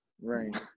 right